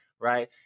right